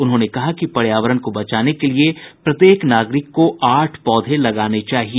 उन्होंने कहा कि पर्यावरण को बचाने के लिए प्रत्येक नागरिक को आठ पौधे लगाने चाहिए